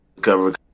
cover